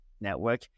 network